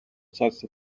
such